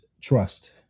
trust